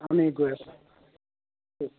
আমি গৈ আছোঁ